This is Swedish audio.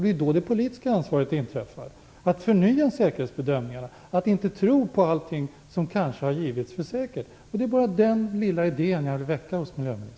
Det är då det politiska ansvaret inträder att förnya säkerhetsbedömningarna och att inte tro på allting som kanske har tagits för säkert. Det är bara den lilla idén jag vill väcka hos miljöministern.